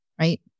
right